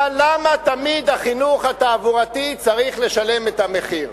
אבל למה תמיד החינוך התעבורתי צריך לשלם את המחיר?